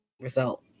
result